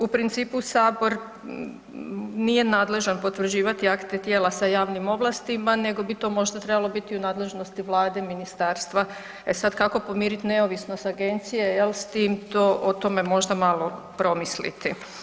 U principu sabor nije nadležan potvrđivati akte tijela sa javnim ovlastima nego bi to možda trebalo biti u nadležnosti Vlade, ministarstva, e sad kako pomirit neovisnost agencije jel s tim o tome možda malo promisliti.